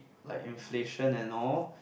like inflation and all